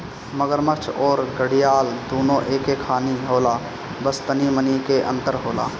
मगरमच्छ अउरी घड़ियाल दूनो एके खानी होला बस तनी मनी के अंतर होला